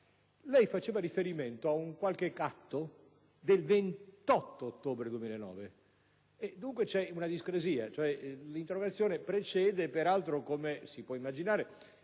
ha fatto riferimento ad un qualche atto del 28 ottobre 2009. Dunque, c'è una discrasia: l'interrogazione è precedente. Peraltro, come si può immaginare,